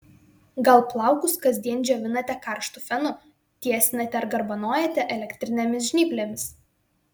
gal plaukus kasdien džiovinate karštu fenu tiesinate ar garbanojate elektrinėmis žnyplėmis